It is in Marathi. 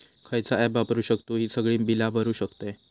खयचा ऍप वापरू शकतू ही सगळी बीला भरु शकतय?